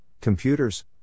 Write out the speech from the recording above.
computers